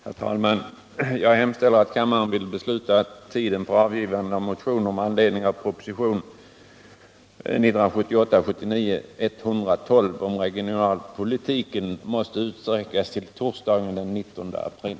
Herr talman! Jag hemställer att kammaren ville besluta att tiden för avgivande av motioner med anledning av propositionen 1978/79:112 om regionalpolitik måtte utsträckas till torsdagen den 19 april.